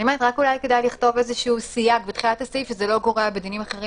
אולי כדאי לכתוב סייג בתחילת הסעיף שזה לא גורע בדינים אחרים.